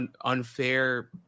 unfair